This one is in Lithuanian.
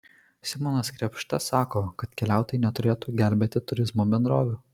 simonas krėpšta sako kad keliautojai neturėtų gelbėti turizmo bendrovių